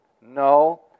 no